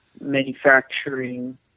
manufacturing